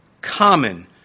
common